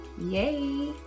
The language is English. Yay